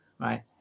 Right